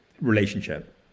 relationship